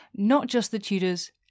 notjustthetudors